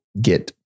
get